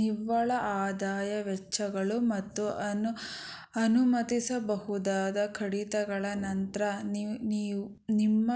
ನಿವ್ವಳಆದಾಯ ವೆಚ್ಚಗಳು ಮತ್ತು ಅನುಮತಿಸಬಹುದಾದ ಕಡಿತಗಳ ನಂತ್ರ ನಿಮ್ಮ